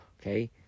Okay